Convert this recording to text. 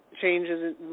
changes